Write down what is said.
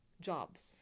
jobs